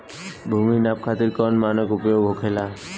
भूमि नाप खातिर कौन मानक उपयोग होखेला?